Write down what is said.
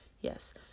yes